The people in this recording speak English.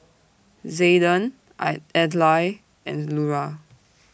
Zayden I Adlai and Lura